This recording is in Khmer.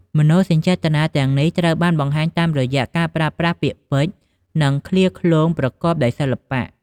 មនោសញ្ចេតនាទាំងនេះត្រូវបានបង្ហាញតាមរយៈការប្រើប្រាស់ពាក្យពេចន៍ និងឃ្លាឃ្លោងប្រកបដោយសិល្បៈ។